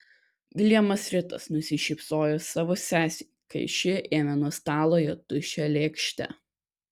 viljamas ritas nusišypsojo savo sesei kai ši ėmė nuo stalo jo tuščią lėkštę